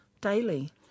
daily